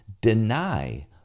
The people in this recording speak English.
deny